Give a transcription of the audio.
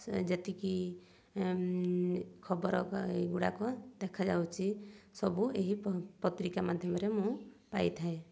ଯେତିକି ଖବର ଏଗୁଡ଼ାକ ଦେଖାଯାଉଛି ସବୁ ଏହି ପତ୍ରିକା ମାଧ୍ୟମରେ ମୁଁ ପାଇଥାଏ